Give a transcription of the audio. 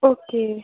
okay